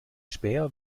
späher